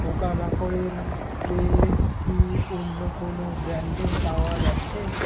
পোকামাকড়ের স্প্রে কি অন্য কোনো ব্র্যান্ডে পাওয়া যাচ্ছে